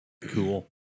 cool